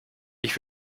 ich